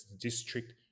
district